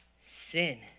sin